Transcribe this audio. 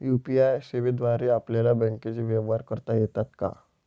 UPI सेवेद्वारे आपल्याला बँकचे व्यवहार करता येतात का?